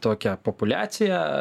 tokią populiaciją